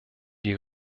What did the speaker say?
die